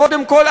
קודם כול,